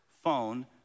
phone